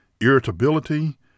irritability